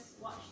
watch